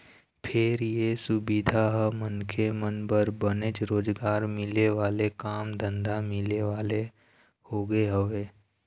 फेर ये सुबिधा ह मनखे मन बर बनेच रोजगार मिले वाले काम धंधा मिले वाले होगे हवय